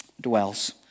dwells